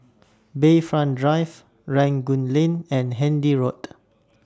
Bayfront Drive Rangoon Lane and Handy Road